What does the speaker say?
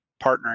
partnering